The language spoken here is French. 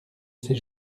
ses